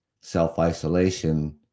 self-isolation